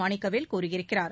மாணிக்கவேல் கூறியிருக்கிறார்